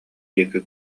диэки